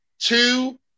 Two